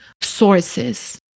sources